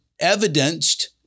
evidenced